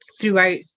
throughout